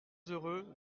heureux